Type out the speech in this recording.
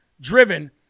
driven